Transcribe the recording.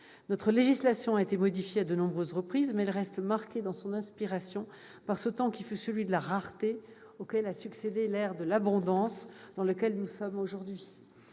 Notre législation a été modifiée à de nombreuses reprises, mais elle reste marquée dans son inspiration par ce temps qui fut celui de la rareté, auquel a succédé l'ère de l'abondance, dans laquelle nous sommes dorénavant.